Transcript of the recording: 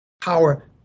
power